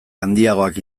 handiagoak